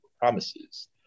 promises